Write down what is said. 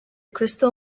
crystal